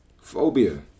Phobia